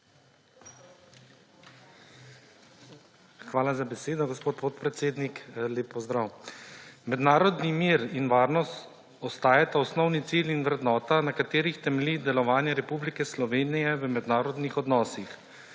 Hvala za besedo, gospod podpredsednik. Lep pozdrav! Mednarodni mir in varnost ostajata osnovni cilj in vrednota, na katerih temelji delovanje Republike Slovenije v mednarodnih odnosih.